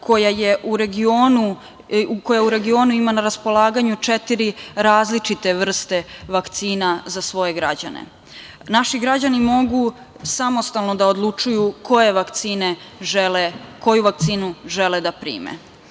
smo jedina zemlja koja u regionu ima na raspolaganju četiri različite vrste vakcina za svoje građane. Naši građani mogu samostalno da odlučuju koje vakcine žele, koju vakcinu žele da prime. Naša